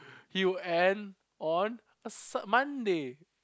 he will end on a s~ Monday